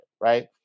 right